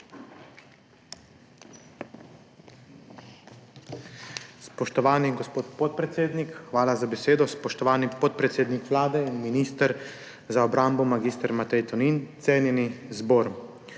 Spoštovani gospod podpredsednik, hvala za besedo. Spoštovani podpredsednik Vlade in minister za obrambo mag. Matej Tonin, cenjeni zbor!